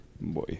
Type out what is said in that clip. boy